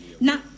Now